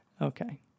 Okay